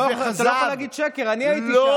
אתה לא יכול להגיד "שקר", אני הייתי שם.